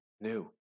new